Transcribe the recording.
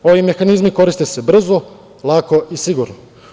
Ovi mehanizmi koriste se brzo, lako i sigurno.